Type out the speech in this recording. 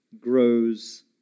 grows